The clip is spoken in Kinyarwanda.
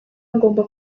ngomba